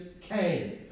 Came